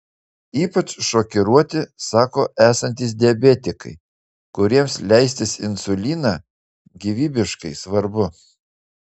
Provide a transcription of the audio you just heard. ypač šokiruoti sako esantys diabetikai kuriems leistis insuliną gyvybiškai svarbu